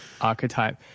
archetype